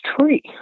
tree